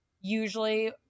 usually